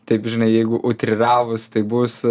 taip žinai jeigu utriravus tai bus